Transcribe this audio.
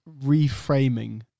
reframing